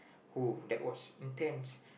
who that was intense